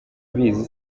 abizi